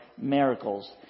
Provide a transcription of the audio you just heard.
miracles